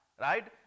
right